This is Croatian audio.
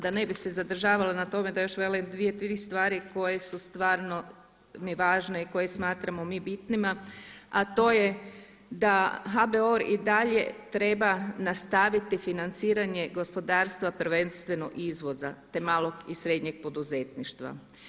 Da ne bi se zadržavali na tome da još velim dvije, tri stvari koje su stvarno mi važne i koje smatramo mi bitnima a to je da HBOR i dalje treba nastaviti financiranje gospodarstva, prvenstveno izvoza te malog i srednjeg poduzetništva.